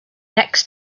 next